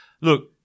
Look